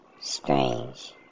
Strange